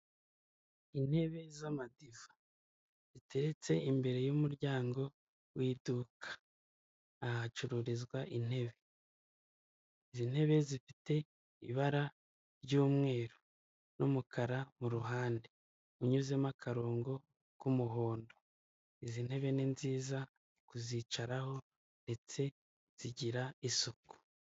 Intebe z'amadiva ziteretse imbere y'umuryango w'iduka, ahacururizwa intebe. Izi ntebe zifite ibara ry'umweru n'umukara, mu ruhande unyuzemo akarongo k'umuhondo; izi ntebe ni nziza kuzicaraho ndetse zigira isuku.